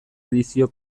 edizio